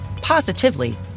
positively